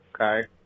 okay